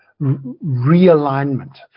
realignment